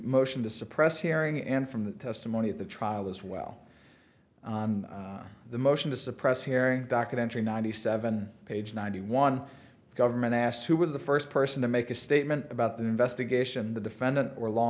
motion to suppress hearing and from the rest of money at the trial as well the motion to suppress hearing documentary ninety seven page ninety one the government asked who was the first person to make a statement about the investigation the defendant or law